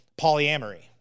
polyamory